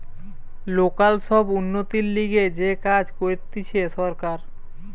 local সব উন্নতির লিগে যে কাজ করতিছে সরকার